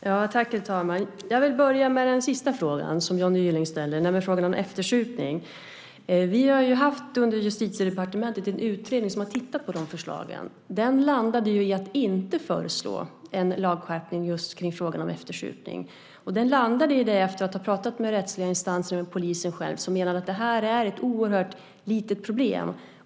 Herr talman! Jag vill börja med den sista frågan som Johnny Gylling ställer, frågan om eftersupning. Vi har under Justitiedepartementet haft en utredning som tittat på de förslagen. Den landade i att inte föreslå en lagskärpning just i frågan om eftersupning. Man landade i det efter att ha talat med rättsliga instanser och polisen själv som menade att det är ett oerhört litet problem.